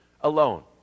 alone